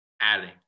adding